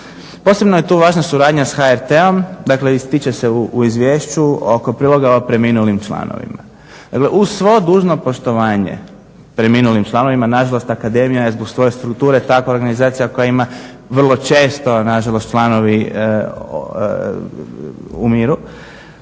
Posebno je tu važna suradnja sa HRT-om, dakle ističe se u izvješću oko priloga o preminulim članovima. Uz svo dužno poštovanje preminulim članovima, nažalost akademija je zbog svoje strukture takva organizacija koja ima vrlo često nažalost članovi umiru,